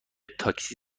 تاکسی